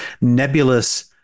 nebulous